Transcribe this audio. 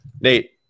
Nate